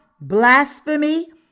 blasphemy